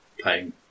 playing